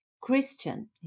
Christian